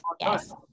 Yes